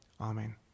Amen